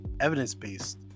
evidence-based